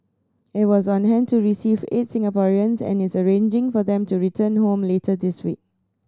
it was on hand to receive eight Singaporeans and is arranging for them to return home later this week